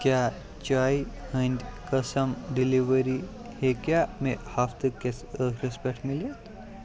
کیٛاہ چایہِ ہٕنٛدۍ قٕسٕم ڈیلیوری ہیٚکیٛاہ مےٚ ہفتہٕ کِس ٲخٕرَس پیٚٹھ میٖلِتھ؟